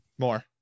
more